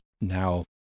now